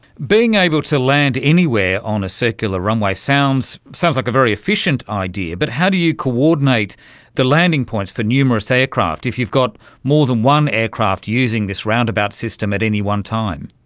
being able to land anywhere on a circular runway sounds sounds like a very efficient idea, but how do you coordinate the landing points for numerous aircraft if you've got more than one aircraft using this roundabout system at any one time?